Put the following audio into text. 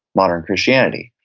modern christianity.